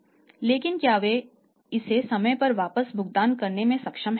लेकिन क्या वे इसे समय पर वापस भुगतान करने में सक्षम हैं